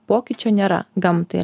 pokyčių nėra gamtai